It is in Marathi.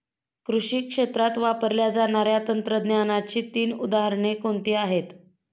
कृषी क्षेत्रात वापरल्या जाणाऱ्या तंत्रज्ञानाची तीन उदाहरणे कोणती आहेत?